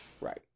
Right